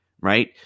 right